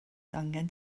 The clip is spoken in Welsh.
angan